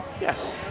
Yes